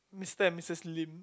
Mister and Missus Lim